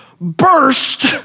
burst